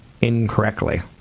incorrectly